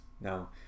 now